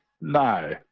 no